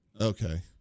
Okay